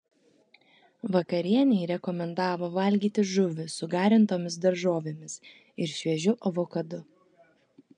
vakarienei rekomendavo valgyti žuvį su garintomis daržovėmis ir šviežiu avokadu